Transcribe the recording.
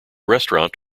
restaurant